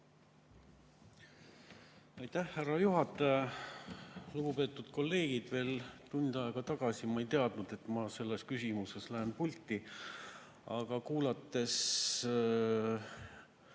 Aitäh, härra juhataja! Lugupeetud kolleegid! Veel tund aega tagasi ma ei teadnud, et ma selles küsimuses tulen pulti, aga kuulates